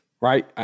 right